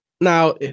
now